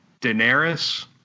Daenerys